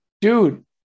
Dude